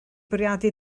bwriadu